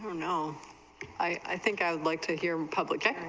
now i think i like to hear republican